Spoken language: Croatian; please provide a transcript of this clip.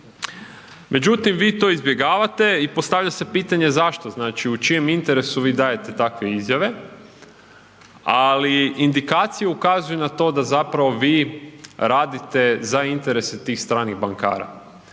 Međutim, vi to izbjegavate i postavlja se pitanje zašto. Znači, u čijem interesu vi dajete takve izjave? Ali indikacije ukazuju na to da zapravo vi radite za interese tih stranih bankara